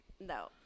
No